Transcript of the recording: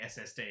ssd